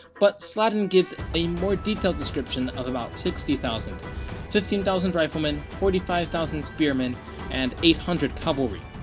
but slatin gives a more detailed description of about sixty thousand fifteen thousand riflemen forty five thousand spearmen and eight hundred cavalry.